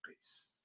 Peace